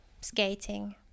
skating